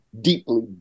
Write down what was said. deeply